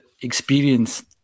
experience